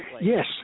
Yes